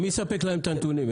מי יספק להם את הנתונים?